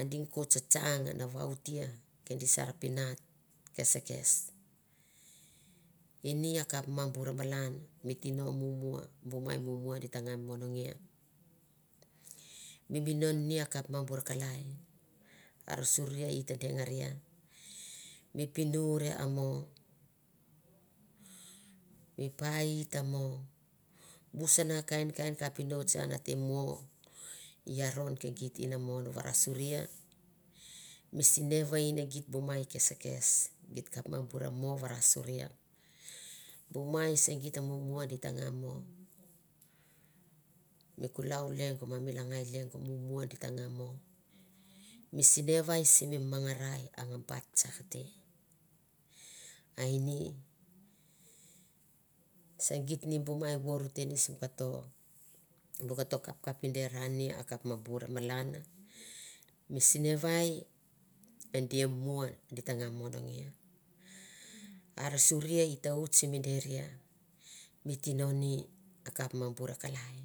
a di ko tsa tsang voatie ke di sar pinak keskes ini a kap ma burmalan mi tino mum bu mai mumua di tanga monangio mi minon ni a kap ma sur kaki an surie i ta dengarie mi pinure mo mi pai a mo bu sana kain kain kapinotsi an a mo i aron ke gir inamon varasuri mi sinevein e git bu mai keseskes git kap di ta nga mo mi kulau lengo ma mi lengo ma mi langa lengo mumua di ta ngu mo mi sinevai simi mamangarai ba naa bait tsak segite te ni bu mai vor te ni simi kato bu kato kapikapi de ra ni a kap ma bure malan mi sinevai e di mumua di te nga monangia ar suri i ta oti simi deri mi tino ni kap ma pure kalai.